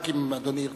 רק אם אדוני ירצה.